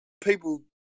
people